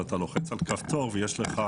ואתה לוחץ על כפתור ויש לך